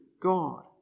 God